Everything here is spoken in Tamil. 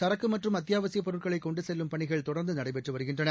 சரக்கு மற்றும் அத்தியாவசியப் பொருட்களைக் கொண்டு செல்லும் பணிகள் தொடர்ந்து நடைபெற்று வருகின்றன